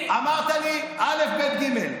אמרת לי: א', ב', ג'.